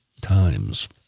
times